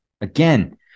Again